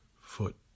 foot